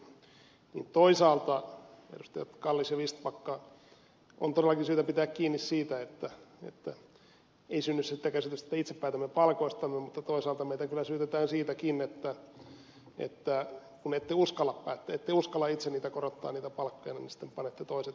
toisaalta edustajat kallis ja vistbacka on todellakin syytä pitää kiinni siitä että ei synny sitä käsitystä että itse päätämme palkoistamme mutta toisaalta meitä kyllä syytetään siitäkin kun ette uskalla päättää ette uskalla itse korottaa niitä palkkojanne ja sitten panette toiset niitä korottamaan